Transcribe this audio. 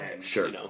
Sure